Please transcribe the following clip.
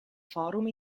forum